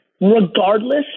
regardless